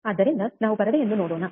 ಆದ್ದರಿಂದ ನಾವು ಪರದೆಯನ್ನು ನೋಡೋಣ